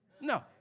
No